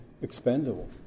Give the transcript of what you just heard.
expendable